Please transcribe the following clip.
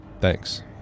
Thanks